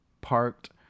parked